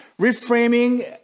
Reframing